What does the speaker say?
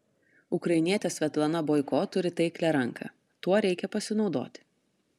ukrainietė svetlana boiko turi taiklią ranką tuo reikia pasinaudoti